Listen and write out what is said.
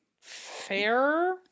Fair